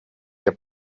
der